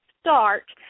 start